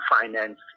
finance